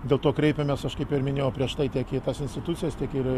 dėl to kreipėmės aš kaip ir minėjau prieš tai tiek į tas institucijas tiek ir